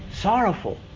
sorrowful